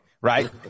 right